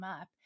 up